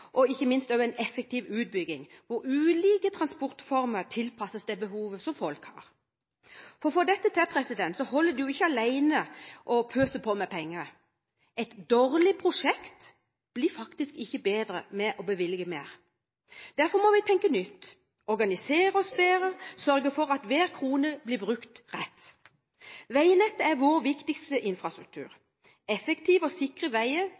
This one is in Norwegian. og ikke minst effektiv utbygging, hvor ulike transportformer tilpasses det behovet som folk har. For å få dette til holder det ikke alene å pøse på med penger. Et dårlig prosjekt blir faktisk ikke bedre ved å bevilge mer. Derfor må vi tenke nytt, organisere oss bedre og sørge for at hver krone blir brukt rett. Veinettet er vår viktigste infrastruktur. Effektive og sikre veier